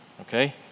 Okay